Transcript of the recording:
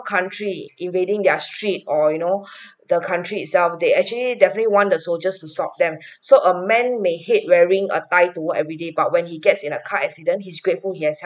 country invading their street or you know the country itself they actually definitely want the soldier to stop them so a man may hate wearing a tie to work everyday but when he gets in a car accident he's grateful he has h~